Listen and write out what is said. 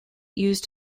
used